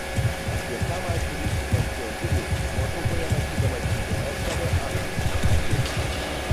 apie ką mąstė vyskupas teofilius nuotraukoje matydamas įdėmias savo amžininko akis